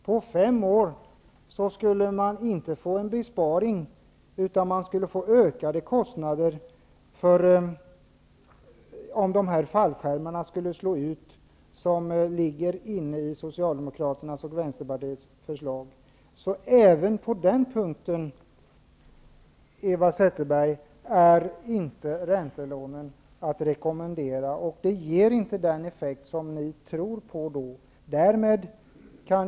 På fem år skulle man inte få någon besparing, utan ökade kostnader, om de fallskärmar som ligger i Socialdemokraternas och Vänsterpartiets förslag skulle vecklas ut. Inte heller på den punkten, Eva Zetterberg, är räntelånen att rekommendera. De ger inte den effekt som ni tror.